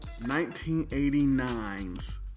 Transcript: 1989's